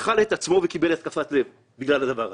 אכל את עצמו וקיבל התקפת לב בגלל הדבר הזה.